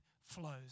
flows